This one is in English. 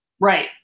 right